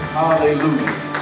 Hallelujah